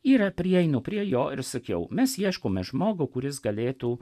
ir prieinu prie jo ir sakiau mes ieškome žmogų kuris galėtų